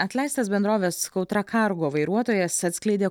atleistas bendrovės kautra cargo vairuotojas atskleidė